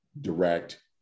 direct